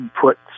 put